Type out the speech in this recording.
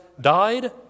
died